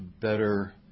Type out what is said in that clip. better